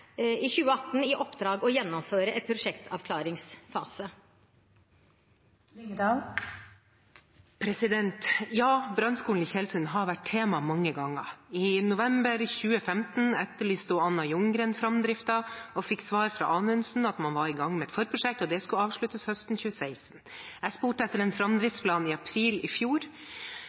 i 2018 i oppdrag å gjennomføre en prosjektavklaringsfase. Ja, brannskolen i Tjeldsund har vært tema mange ganger. I november 2015 etterlyste Anna Ljunggren framdriften og fikk som svar fra Anundsen at man var i gang med forprosjekt, og at det skulle avsluttes høsten 2016. Jeg spurte etter en framdriftsplan i april i fjor,